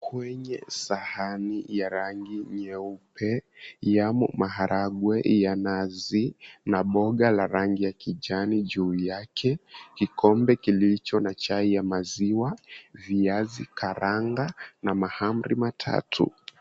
Kwenye sahani ya rangi nyeupe yamo maharagwe ya nazi na mboga la rangi ya kijani juu yake, kikombe kilicho na chai ya maziwa, viazi karanga na mahamri matatu.